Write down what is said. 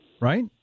right